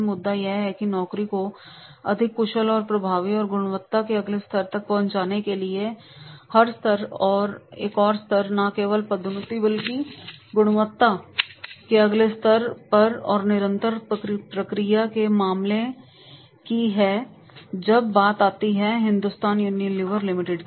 मुद्दा यह है कि नौकरी को अधिक कुशल प्रभावी और गुणवत्ता के अगले स्तर तक पहुंचाने के लिए हर स्तर पर एक और स्तर है न केवल पदोन्नति बल्कि गुणवत्ता के अगले स्तर पर और निरंतर प्रक्रिया के मामले की है जब बात आती है हिंदुस्तान युनिलिवर लिमिटेड की